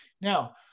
now